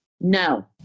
No